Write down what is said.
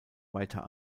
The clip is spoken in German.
weiter